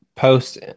Post